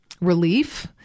relief